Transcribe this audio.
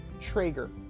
Traeger